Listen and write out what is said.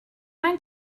mind